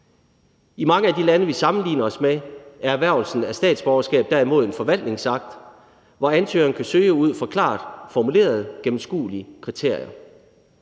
I mange af de lande, vi sammenligner os med, er erhvervelsen af statsborgerskab derimod en forvaltningsakt, hvor ansøgeren kan søge ud fra klart formulerede, gennemskuelige kriterier.